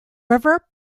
river